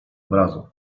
obrazu